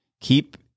keep